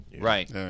Right